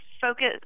focus